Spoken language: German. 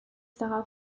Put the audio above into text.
darauf